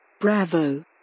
Bravo